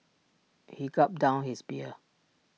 he gulped down his beer